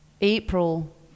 April